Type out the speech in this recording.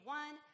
one